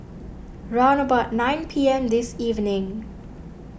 round about nine P M this evening